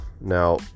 Now